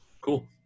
cool